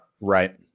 Right